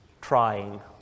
trying